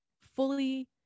fully